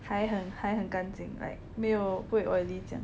还很还很干净 like 没有不会 oily 这样